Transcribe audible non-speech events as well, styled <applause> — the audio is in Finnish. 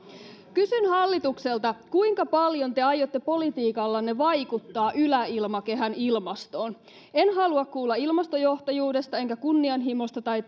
kysyn hallitukselta kuinka paljon te aiotte politiikallanne vaikuttaa yläilmakehän ilmastoon en halua kuulla ilmastojohtajuudesta enkä kunnianhimosta tai <unintelligible>